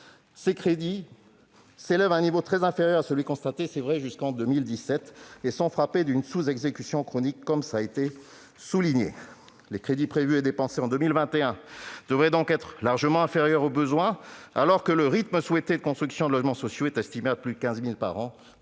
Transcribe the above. est vrai qu'ils sont à un niveau très inférieur à celui qui a été constaté jusqu'en 2017 et qu'ils sont frappés d'une sous-exécution chronique, comme cela a été souligné. Les crédits prévus et dépensés en 2021 devraient donc se trouver largement inférieurs aux besoins, alors que le rythme souhaité de construction de logements sociaux est estimé à plus de 15 000 par an